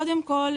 קודם כל,